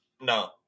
No